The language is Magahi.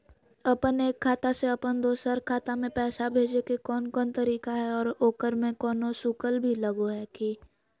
अपन एक खाता से अपन दोसर खाता में पैसा भेजे के कौन कौन तरीका है और ओकरा में कोनो शुक्ल भी लगो है की?